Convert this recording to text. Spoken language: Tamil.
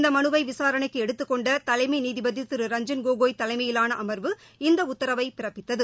இந்த மனுவை விசாரணைக்கு எடுத்துக்கொண்ட தலைமை நீதிபதி திரு ரஞ்சன் கோகாய் தலைமையிலான அமர்வு இந்த உத்தரவை பிறப்பித்தது